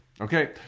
okay